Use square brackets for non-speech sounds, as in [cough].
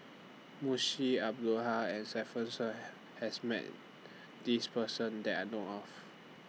Munshi Abdullah and Stefanie Sun [noise] has Met This Person that I know of